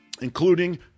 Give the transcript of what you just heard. including